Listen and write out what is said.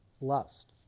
Lust